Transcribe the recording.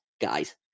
guys